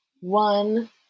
One